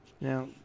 Now